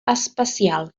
especial